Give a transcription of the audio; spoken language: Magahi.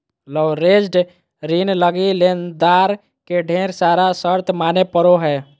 लवरेज्ड ऋण लगी लेनदार के ढेर सारा शर्त माने पड़ो हय